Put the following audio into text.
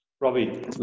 Robbie